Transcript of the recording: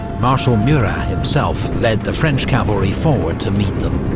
marshal murat himself led the french cavalry forward to meet them.